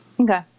Okay